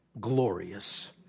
glorious